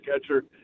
catcher